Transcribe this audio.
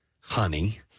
honey